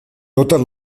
totes